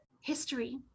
history